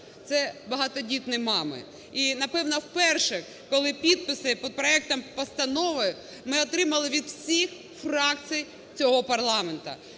це багатодітні мами. І, напевно, вперше, коли підписи під проектом постанови ми отримали від всіх фракцій цього парламенту.